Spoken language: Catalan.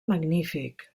magnífic